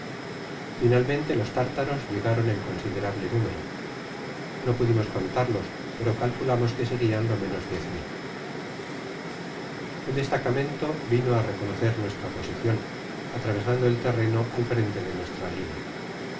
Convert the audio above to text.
finalmente los tártaros llegaron ea considerable número no pudimos contarlos pero calculamos que serian lo menos diez mil un destacamento vino á reconocer nuestra posicion atravesando el terreno al frente de nuestra linea